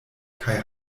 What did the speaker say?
kaj